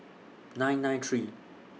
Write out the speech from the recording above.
nine nine three